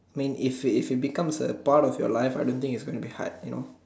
when if it becomes a part of your life I don't think it's gonna be hard you know